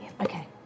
Okay